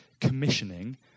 commissioning